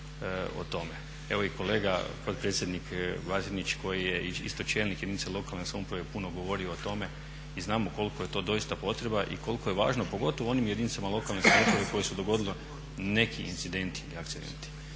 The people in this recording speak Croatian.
o tome. Evo i kolega, potpredsjednik Batinić koji je isto čelnik jedinice lokalne samouprave je puno govorio o tome i znamo koliko je to doista potreba i koliko je važno pogotovo onim jedinicama lokalne samouprave kojima se dogodilo neki incidenti ili akcidenti.